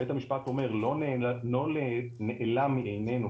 בית המשפט אומר (מקריא) "לא נעלם מעינינו,